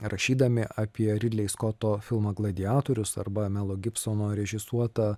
rašydami apie ridlei skoto filmą gladiatorius arba melo gibsono režisuotą